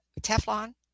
Teflon